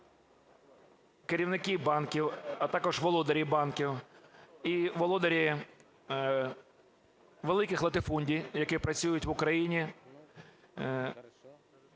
Керівники банків, а також володарі банків і володарі великих латифундій, які працюють в Україні,